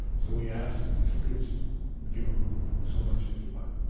so we asked and the spirit said give him so much of it, but